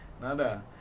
Nada